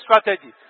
strategy